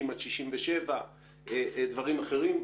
60 עד 67 ודברים אחרים,